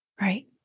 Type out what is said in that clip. right